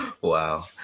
Wow